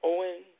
Owen